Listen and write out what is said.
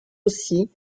aussi